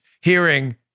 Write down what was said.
hearing